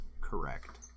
correct